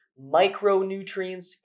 micronutrients